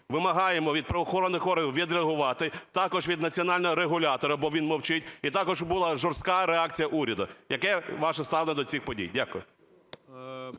Вимагаємо від правоохоронних органів відреагувати, також від національного регулятора, бо він мовчить, і також, щоб була жорстка реакція уряду. Яке ваше ставлення до цих подій? Дякую.